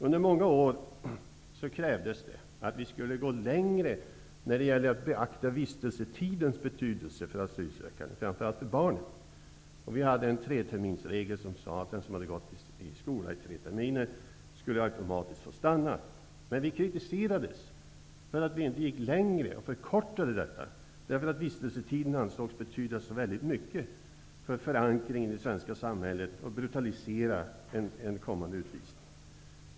Under många år krävdes det att vi skulle gå längre när det gällde att beakta vistelsetidens betydelse för asylsökande, framför allt för barnen. Vi hade en treterminsregel som innebar att den som hade gått i skola i tre terminer automatiskt skulle få stanna. Men vi kritiserades för att vi inte gick längre och förkortade tiden. Vistelsetiden ansågs betyda mycket för förankringen i det svenska samhället, och en kommande utvisning skulle då uppfattas som brutal.